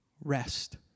rest